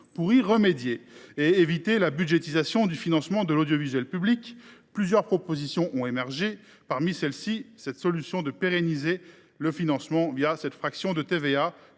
Pour y remédier et éviter la budgétisation du financement de l’audiovisuel public, plusieurs propositions ont émergé. Parmi celles ci se trouve celle qui consiste à pérenniser ce financement l’affectation d’une